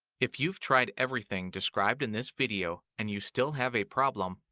if you've tried everything described in this video and you still have a problem,